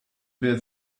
build